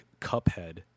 Cuphead